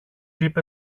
είπε